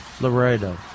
laredo